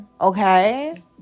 Okay